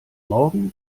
morgen